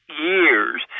years